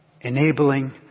enabling